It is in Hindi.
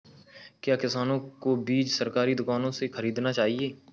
क्या किसानों को बीज सरकारी दुकानों से खरीदना चाहिए?